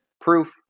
proof